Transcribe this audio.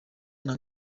nta